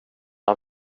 han